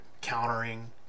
countering